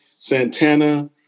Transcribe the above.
Santana